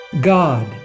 God